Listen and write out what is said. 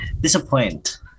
Disappoint